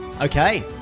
Okay